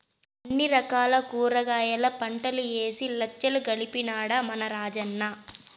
అన్ని రకాల కూరగాయల పంటలూ ఏసి లచ్చలు గడించినాడ మన రాజన్న